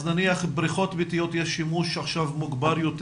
נניח בריכות ביתיות, יש עכשיו שימוש מוגבר יותר.